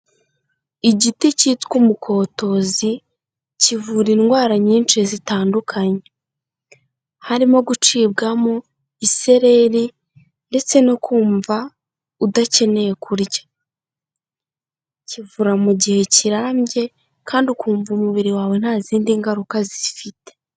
Igiti cyitwa umukotozi kivura indwara nyinshi zitandukanye, harimo gucibwamo, isereri ndetse no kumva udakeneye kurya, kivura mu gihe kirambye kandi ukumva umubiri wawe nta zindi ngaruka zifite.